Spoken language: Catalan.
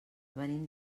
venim